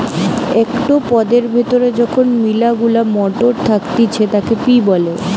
একটো পদের ভেতরে যখন মিলা গুলা মটর থাকতিছে তাকে পি বলে